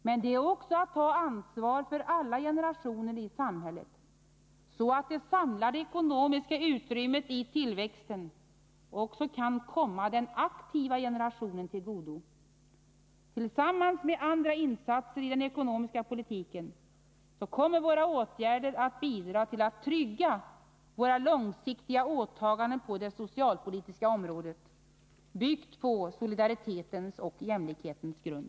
Men det är också fråga om att ta ansvar för alla generationer i samhället, så att det samlade ekonomiska utrymmet i tillväxten kan komma även aktiva generationen till godo. Tillsammans med andra insatser i den ekonomiska politiken kommer våra åtgärder att bidra till att trygga våra långsiktiga åtaganden på det socialpolitiska området, byggda på solidaritetens och jämlikhetens grund.